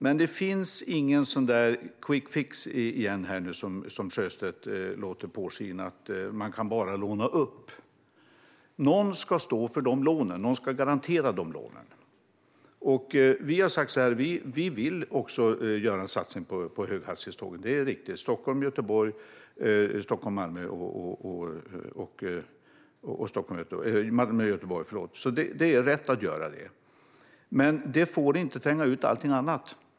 Men det finns ingen quickfix, som Sjöstedt låter påskina, att man bara kan låna upp. Någon ska stå för de lånen och garantera de lånen. Vi vill också göra en satsning på höghastighetstågen. Det är riktigt. Det gäller Stockholm-Göteborg, Stockholm-Malmö och Malmö-Göteborg. Det är rätt att göra det. Men det får inte tränga ut allting annat.